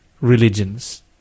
religions